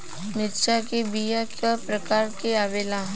मिर्चा के बीया क कितना प्रकार आवेला?